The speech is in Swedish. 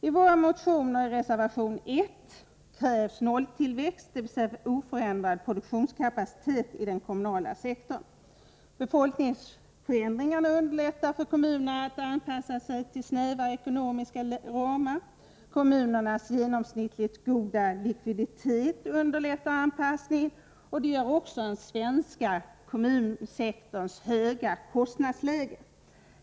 I våra motioner och i reservation 1 krävs nolltillväxt, dvs. en oförändrad produktionskapacitet i den kommunala sektorn. Befolkningsförändringarna underlättar för kommunerna att anpassa sig till snävare ekonomiska ramar. Kommunernas genomsnittligt goda likviditet underlättar anpassningen. Det gör också den svenska kommunsektorns höga kostnadsläge.